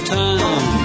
time